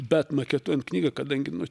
bet maketuojant knygą kadangi nu